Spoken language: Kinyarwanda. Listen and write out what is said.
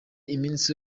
iminsi